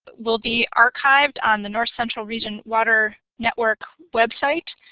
will be archived on the north central region water network website,